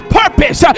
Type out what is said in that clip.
purpose